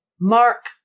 Mark